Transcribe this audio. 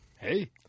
Hey